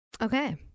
Okay